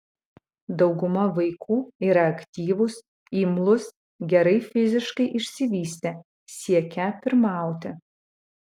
dauguma vaikų yra aktyvūs imlūs gerai fiziškai išsivystę siekią pirmauti